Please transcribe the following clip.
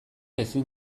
ezin